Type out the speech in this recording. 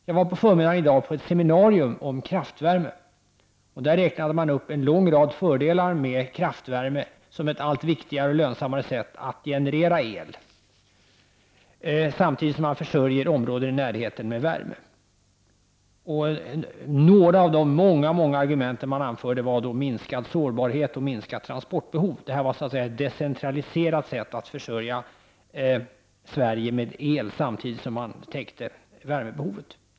Jag var på förmiddagen i dag på ett seminarium om kraftvärme, och där räknade man upp en lång rad fördelar med kraftvärme som ett allt viktigare och lönsammare sätt att generera el samtidigt som man försörjer områden i närheten med värme. Några av de många argument man anförde var minskad sårbarhet och minskat transportbehov. Det här var så att säga ett decentraliserat sätt att försörja Sverige med el samtidigt som man täckte värmebehovet.